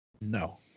No